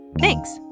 Thanks